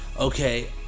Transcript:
okay